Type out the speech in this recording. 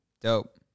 Dope